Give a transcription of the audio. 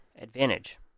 advantage